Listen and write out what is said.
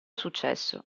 successo